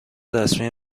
رسمی